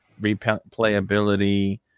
replayability